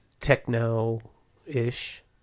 techno-ish